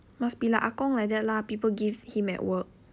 must be like ah gong like that lah people give him at work